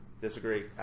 disagree